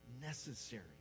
necessary